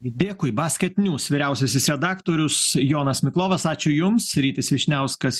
dėkui basket niūs vyriausiasis redaktorius jonas miklovas ačiū jums rytis vyšniauskas